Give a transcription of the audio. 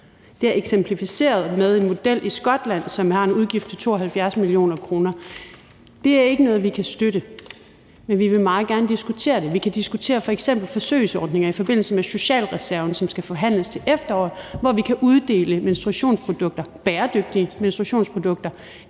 Det er eksemplificeret med en model i Skotland, som har en udgift på 72 mio. kr. Det er ikke noget, vi kan støtte, men vi vil meget gerne diskutere det. Vi kan diskutere f.eks. forsøgsordninger i forbindelse med socialreserven, som skal forhandles til efteråret, hvor vi kan uddele bæredygtige menstruationsprodukter